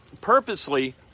purposely